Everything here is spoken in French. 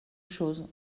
chose